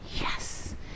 yes